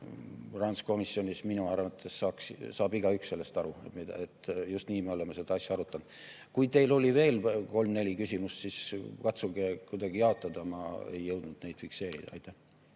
Rahanduskomisjonis minu arvates saab igaüks sellest aru ja just nii me oleme seda asja arutanud. Kui teil oli veel kolm-neli küsimust, siis katsuge kuidagi jaotada, ma ei jõudnud neid fikseerida.